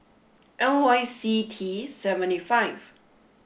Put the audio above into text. L Y C T seventy five